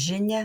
žinia